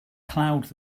clouds